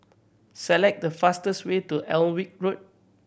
select the fastest way to Alnwick Road